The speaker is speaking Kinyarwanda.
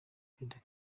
perezida